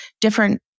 different